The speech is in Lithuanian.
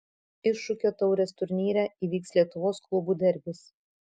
iššūkio taurės turnyre įvyks lietuvos klubų derbis